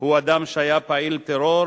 הוא אדם שהיה פעיל טרור,